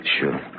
Sure